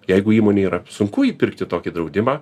jeigu įmonei yra sunku įpirkti tokį draudimą